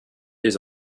his